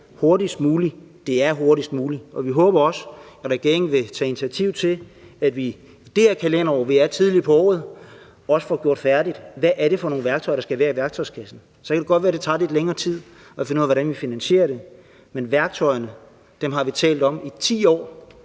hurtigst muligt er hurtigst muligt. Vi håber også, at regeringen vil tage initiativ til, at vi i det her kalenderår – vi er tidligt på året – også får gjort færdigt, hvad det er for nogle værktøjer, der skal være i værktøjskassen. Så kan det godt være, det tager lidt længere tid at finde ud af, hvordan vi finansierer det. Men værktøjerne har vi talt om i 10 år,